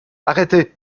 arrêtez